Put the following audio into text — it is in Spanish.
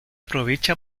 aprovecha